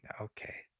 Okay